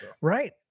Right